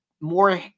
more